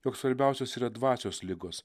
jog svarbiausios yra dvasios ligos